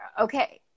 okay